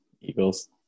Eagles